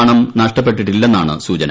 പണം നഷ്ടപ്പെട്ടിട്ടില്ലെന്നാണ് സൂചന്